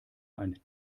ein